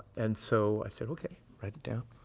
and so, i said, okay write it down.